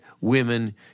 women